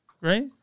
Right